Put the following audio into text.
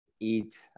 Eat